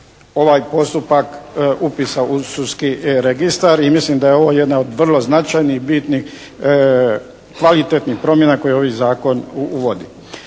ovaj postupak upisa u sudski registar i mislim da je ovo jedna od vrlo značajnih, bitnih, kvalitetnih promjena koje ovaj zakon uvodi.